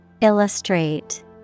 Illustrate